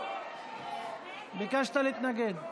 ביקשת להתנגד.